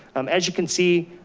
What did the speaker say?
um as you can see,